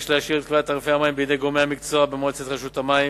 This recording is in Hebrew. יש להשאיר את קביעת תעריפי המים בידי גורמי המקצוע במועצת רשות המים,